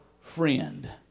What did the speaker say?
friend